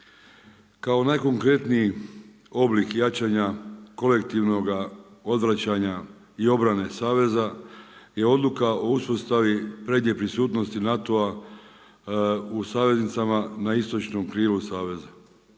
Kao najkonkretniji oblik jačanja kolektivnoga odvraćanja i obrane saveza je odluka o uspostavi prednje prisutnosti NATO-a u saveznicama na istočnom krilu saveza,